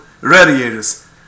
radiators